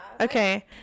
okay